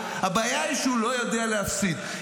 הבעיה היא שהוא לא יודע להפסיד.